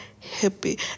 happy